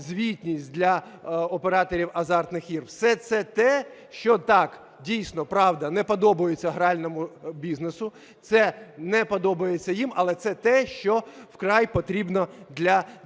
звітність для операторів азартних ігор. Все це те, що так, дійсно, правда, не подобається гральному бізнесу, це не подобається їм, але це те, що вкрай потрібно для держави.